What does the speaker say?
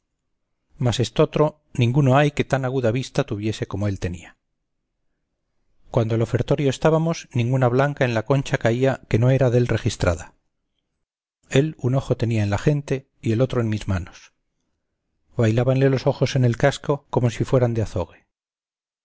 más estotro ninguno hay que tan aguda vista tuviese como él tenía cuando al ofertorio estábamos ninguna blanca en la concha caía que no era dél registrada el un ojo tenía en la gente y el otro en mis manos bailábanle los ojos en el caxco como si fueran de azogue